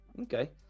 Okay